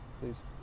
please